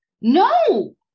No